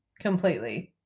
completely